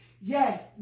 Yes